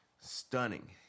stunning